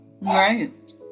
Right